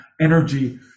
energy